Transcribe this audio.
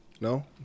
no